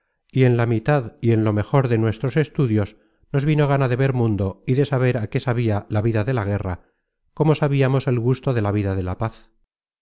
y en la mitad y en lo mejor de nuestros estudios nos vino gana de ver mundo y de saber á qué sabia la vida de la guerra como sabiamos el gusto de la vida de la paz